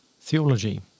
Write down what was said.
theology